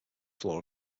floor